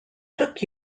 took